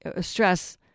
stress